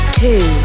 two